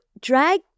drag